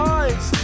eyes